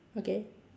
okay